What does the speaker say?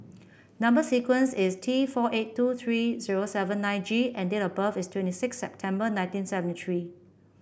number sequence is T four eight two three zero seven nine G and date of birth is twenty six September nineteen seventy three